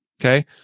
Okay